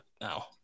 now